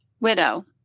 widow